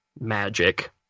magic